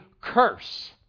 curse